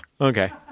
Okay